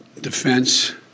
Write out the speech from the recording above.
Defense